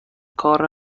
کار